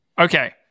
Okay